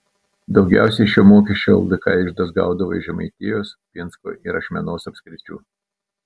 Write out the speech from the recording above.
daugiausiai šio mokesčio ldk iždas gaudavo iš žemaitijos pinsko ir ašmenos apskričių